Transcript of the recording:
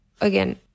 again